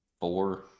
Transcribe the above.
four